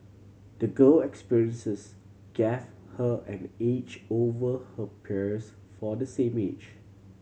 the girl experiences gave her an edge over her peers for the same age